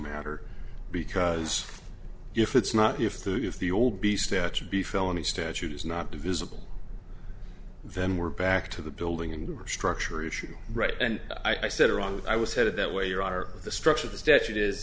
matter because if it's not if the if the old b statute be felony statute is not divisible then we're back to the building and restructure issue right and i said wrong i was headed that way your are the structure the statute is